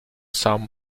some